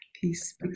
Peace